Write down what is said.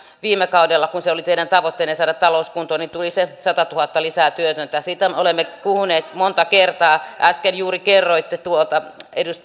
viime kaudella kun se oli teidän tavoitteenne saada talous kuntoon tuli se satatuhatta työtöntä lisää siitä olemme puhuneet monta kertaa äsken juuri kerroitte